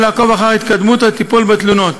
ולעקוב אחר התקדמות הטיפול בתלונות.